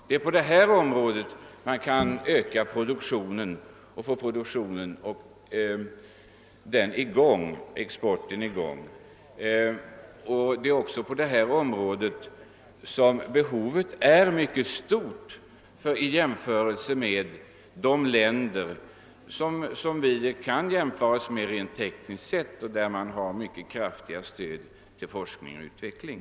Det är här man kan öka produktionen och få i gång exporten, och det är på detta område som behovet är särskilt stort. I de länder som vi rent tekniskt kan jämföra oss med ger man mycket kraftiga stöd till forskning och utveckling.